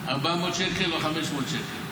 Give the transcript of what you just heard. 400 שקל או 500 שקל.